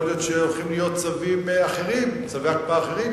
יכול להיות שהולכים להיות צווי הקפאה אחרים.